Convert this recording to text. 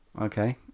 okay